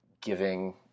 giving